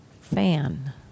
fan